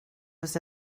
was